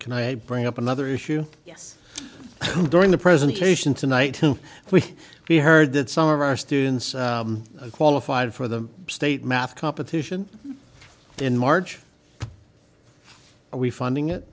can i bring up another issue yes during the presentation tonight we heard that some of our students qualified for the state math competition in march we funding it